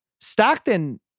Stockton